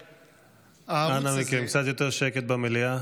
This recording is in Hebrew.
רבותיי, אנא מכם, קצת יותר שקט במליאה.